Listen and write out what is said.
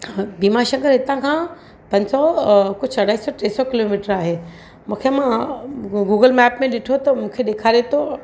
भीमा शंकर हितां खां पंज सौ कुझु अढाई सौ टे सौ किलो मीटर आहे मूंखे मां गूगूगल मेप में ॾिठो त मूंखे ॾेखारे थो